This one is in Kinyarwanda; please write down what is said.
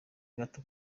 gato